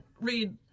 read